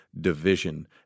division